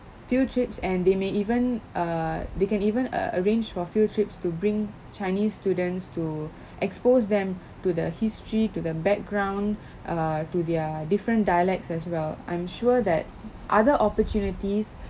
field trips and they may even err they can even uh arrange for few trips to bring chinese students to expose them to the history to the background uh to their different dialects as well I'm sure that other opportunities